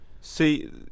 see